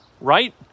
right